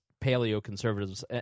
paleoconservatives